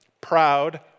proud